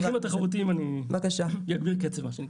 אני אגביר קצב.